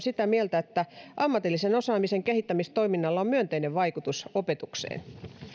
sitä mieltä että ammatillisen osaamisen kehittämistoiminnalla on myönteinen vaikutus opetukseen